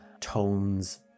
tones